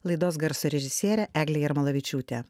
laidos garso režisierė eglė jarmolavičiūtė